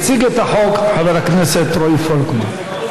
יציג את החוק חבר הכנסת רועי פולקמן.